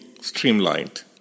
streamlined